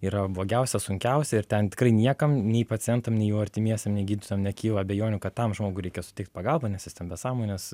yra blogiausia sunkiausia ir ten tikrai niekam nei pacientam nei jų artimiesiem nei gydytojam nekyla abejonių kad tam žmogui reikia suteikt pagalbą nes jis ten be sąmonės